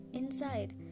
inside